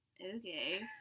Okay